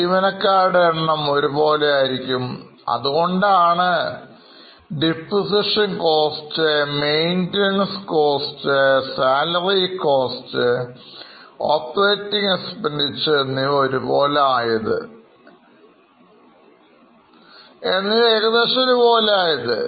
ജീവനക്കാരുടെഎണ്ണംഒരുപോലെ ആയിരിക്കും അതുകൊണ്ട് Depreciation cost Maintennace Costസാലറി കോസ്റ്റ് ഓപ്പറേറ്റിങ് expenses എന്നിവ ഏകദേശം ഒരുപോലെ ആയിരിക്കും